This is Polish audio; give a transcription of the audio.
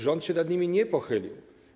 Rząd się nad nimi nie pochylił.